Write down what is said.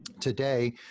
Today